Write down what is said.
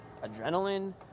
adrenaline